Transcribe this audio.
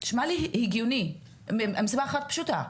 זה נשמע לי הגיוני, מסיבה אחת פשוטה.